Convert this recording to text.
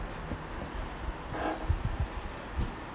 ya